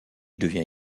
devient